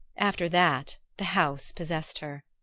after that the house possessed her.